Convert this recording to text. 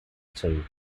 two